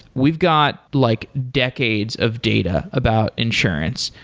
we've got like decades of data about insurance.